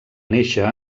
néixer